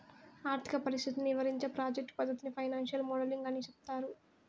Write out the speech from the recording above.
ఆర్థిక పరిస్థితిని ఇవరించే ప్రాజెక్ట్ పద్దతిని ఫైనాన్సియల్ మోడలింగ్ అని సెప్తారు